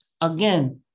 again